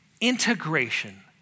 integration